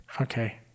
Okay